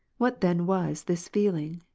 what then was this feeling?